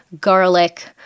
garlic